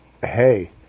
hey